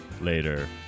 later